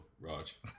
Raj